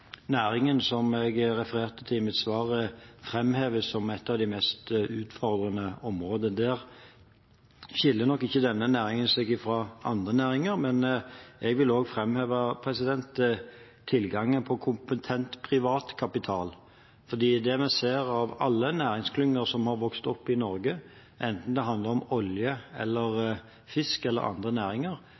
næringen som jeg refererte til i mitt svar, framheves som et av de mest utfordrende områdene. Der skiller nok ikke denne næringen seg fra andre næringer. Jeg vil også framheve tilgangen på kompetent privat kapital, for det vi ser av alle næringsklynger som har vokst opp i Norge – enten det handler om olje, fisk eller andre næringer